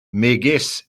megis